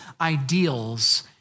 ideals